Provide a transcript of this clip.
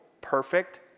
perfect